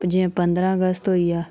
जियां पंदरा अगस्त होई गेआ